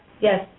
Yes